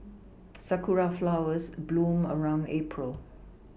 sakura flowers bloom around April